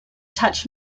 touch